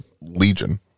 legion